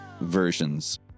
versions